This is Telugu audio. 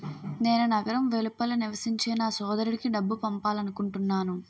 నేను నగరం వెలుపల నివసించే నా సోదరుడికి డబ్బు పంపాలనుకుంటున్నాను